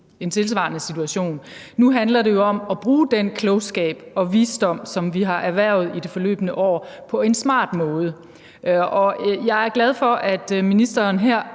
en tilsvarende situation. Nu handler det jo om at bruge den klogskab og den visdom, som vi har erhvervet i det forløbne år, på en smart måde, og jeg er selvfølgelig glad for, at ministeren her